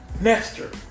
nester